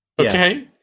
Okay